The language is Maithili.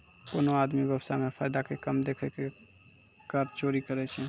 कोनो आदमी व्य्वसाय मे फायदा के कम देखाय के कर चोरी करै छै